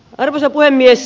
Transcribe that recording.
arvoisa puhemies